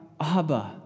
Abba